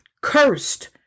cursed